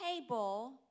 table